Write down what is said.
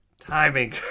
Timing